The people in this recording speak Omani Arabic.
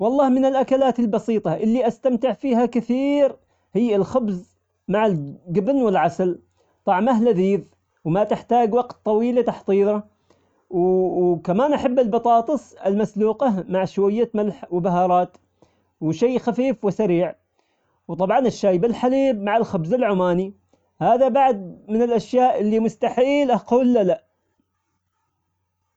والله من الأكلات البسيطة اللي استمتع فيها كثير هي الخبز مع الجبن والعسل طعمه لذيذ وما تحتاج وقت طويل لتحضيره وكمان أحب البطاطس المسلوقة مع شوية ملح وبهارات وشي خفيف وسريع وطبعا الشاي بحليب مع الخبز العماني، هذا بعد من الأشياء اللي مستحيل أقول له لأ.